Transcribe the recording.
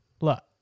look